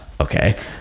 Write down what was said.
Okay